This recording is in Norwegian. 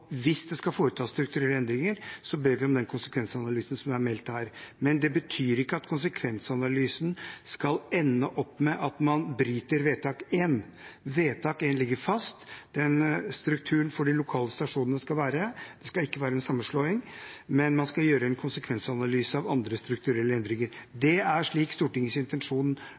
hvis det skal foretas strukturelle endringer, ber vi om den konsekvensanalysen som er meldt her. Det betyr ikke at konsekvensanalysen skal ende opp med at man bryter med vedtak I. Vedtak I ligger fast. Den strukturen for de lokale stasjonene skal være. Det skal ikke være en sammenslåing, men man skal gjøre en konsekvensanalyse av andre strukturelle endringer. Det er slik Stortingets intensjon